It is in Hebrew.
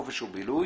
חופש או בילוי,